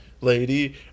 lady